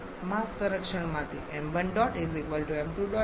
માસ સંરક્ષણમાંથી સ્થિર સ્થિતિમાં